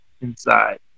inside